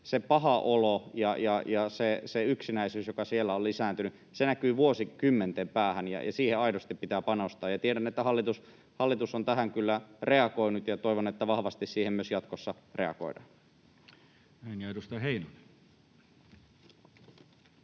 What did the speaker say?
se paha olo ja se yksinäisyys, joka siellä on lisääntynyt, näkyy vuosikymmenten päähän, ja siihen aidosti pitää panostaa. Tiedän, että hallitus on tähän kyllä reagoinut, ja toivon, että vahvasti siihen myös jatkossa reagoidaan. [Speech 132] Speaker: